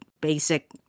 basic